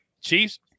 Chiefs